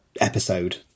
episode